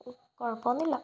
കുഴപ്പമൊന്നുമില്ല